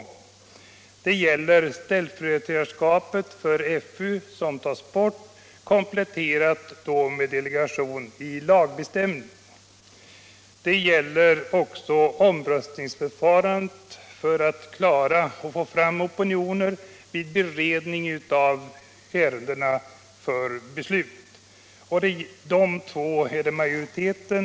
Det gäller för det första avskaffandet av ställföreträdarskapet för landstingets FU kompletterat med lagbestämning av delegationsinstitutet. Det gäller för det andra omröstningsförfarandet för att utröna och få fram opinioner vid beredning av ärendena för beslut. I dessa två fall är det fråga om majoritetsförslag.